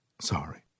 sorry